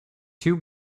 too